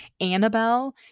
Annabelle